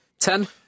ten